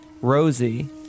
rosie